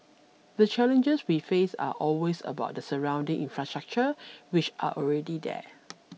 the challenges we face are always about the surrounding infrastructure which are already there